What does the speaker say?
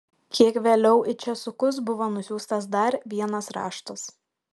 kiek vėliau į česukus buvo nusiųstas dar vienas raštas